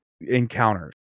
encounters